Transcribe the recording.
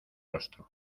rostro